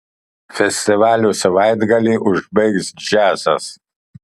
festivalio savaitgalį užbaigs džiazas